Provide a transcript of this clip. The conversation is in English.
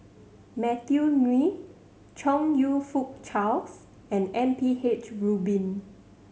Matthew Ngui Chong You Fook Charles and M P H Rubin